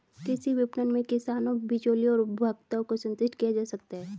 कृषि विपणन में किसानों, बिचौलियों और उपभोक्ताओं को संतुष्ट किया जा सकता है